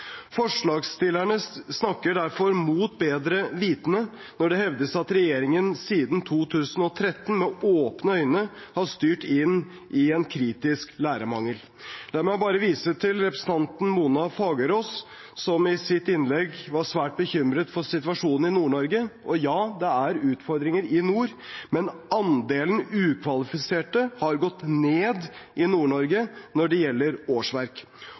Forslagsstillerne snakker derfor mot bedre vitende når det hevdes at regjeringen siden 2013 med åpne øyne har styrt inn i en kritisk lærermangel. La meg bare vise til representanten Mona Fagerås, som i sitt innlegg var svært bekymret for situasjonen i Nord-Norge. Ja, det er utfordringer i nord, men andelen ukvalifiserte i Nord-Norge har gått ned når det gjelder årsverk.